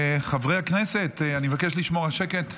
חברי הכנסת, אני מבקש לשמור על שקט,